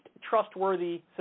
trustworthy